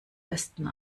besten